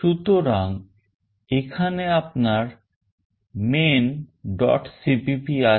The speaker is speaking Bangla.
সুতরাং এখানে আপনার maincpp আছে